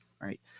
Right